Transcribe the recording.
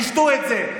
תשתו את זה.